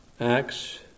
Acts